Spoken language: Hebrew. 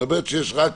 את מדברת שיש רק